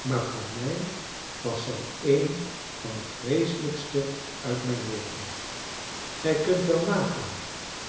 maar voor mij was zij een van de vreeselijkste uit mijn leven gij kunt wel nagaan